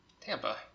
Tampa